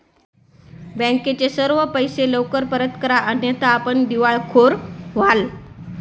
बँकेचे सर्व पैसे लवकर परत करा अन्यथा आपण दिवाळखोर व्हाल